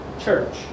church